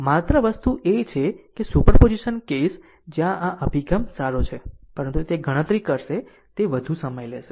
માત્ર વસ્તુ એ છે કે સુપરપોઝિશન કેસ જ્યાં આ અભિગમ સારો છે પરંતુ તે ગણતરી કરશે તે વધુ સમય લેશે